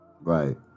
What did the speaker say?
Right